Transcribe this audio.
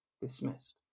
dismissed